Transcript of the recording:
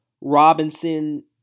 Robinson